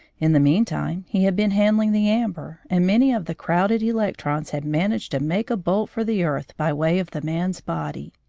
in the meantime he had been handling the amber, and many of the crowded electrons had managed to make a bolt for the earth by way of the man's body.